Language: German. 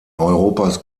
europas